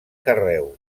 carreus